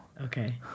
Okay